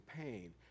pain